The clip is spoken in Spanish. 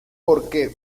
porque